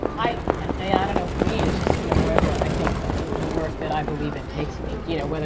i and i yeah don't know for me, it's just you know wherever i think the the work that i believe in takes me. you know, but